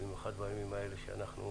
במיוחד בימים הללו שאנחנו